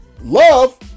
love